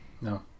No